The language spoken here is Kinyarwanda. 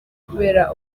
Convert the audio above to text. kubera